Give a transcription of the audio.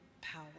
power